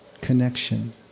connection